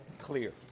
clear